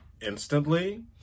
instantly